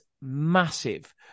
massive